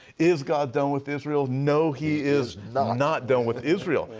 is god done with israel? no, he is not done with israel.